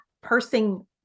pursing